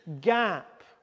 gap